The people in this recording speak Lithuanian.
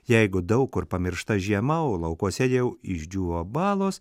jeigu daug kur pamiršta žiema o laukuose jau išdžiūvo balos